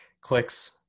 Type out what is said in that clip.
clicks